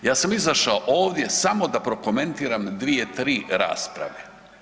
Ja sam izašao ovdje samo da prokomentiram dvije, tri rasprave.